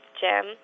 Jim